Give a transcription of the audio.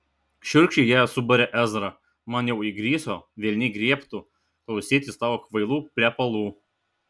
šiurkščiai ją subarė ezra man jau įgriso velniai griebtų klausytis tavo kvailų plepalų